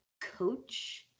coach